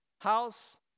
House